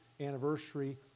anniversary